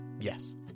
yes